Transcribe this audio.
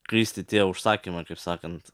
kristi tie užsakymai kaip sakant